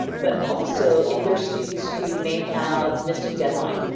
but also, if there's students who may have missed a deadline,